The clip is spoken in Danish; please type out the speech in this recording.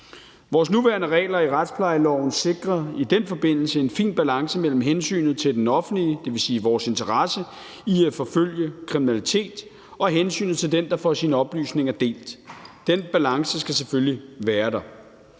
Vores nuværende regler i retsplejeloven sikrer i den forbindelse en fin balance mellem hensynet til det offentlige, dvs. vores interesse i at forfølge kriminalitet, og hensynet til den, der får sine oplysninger delt. Den balance skal selvfølgelig være der.